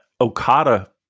Okada